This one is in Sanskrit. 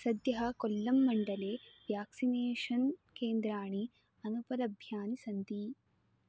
सद्यः कोल्लं मण्डले व्याक्सिनेषन् केन्द्राणि अनुपलभ्यानि सन्ति